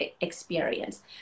experience